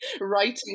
writing